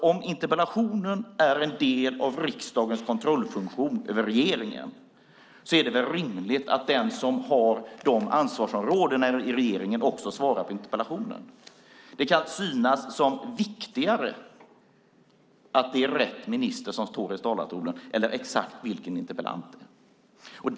Om interpellationen är en del av riksdagens kontrollfunktion över regeringen är det väl rimligt att den som har de aktuella ansvarsområdena i regeringen svarar på interpellationen. Det kan synas som viktigare att det är rätt minister som står i talarstolen än vem interpellanten är.